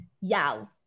Yao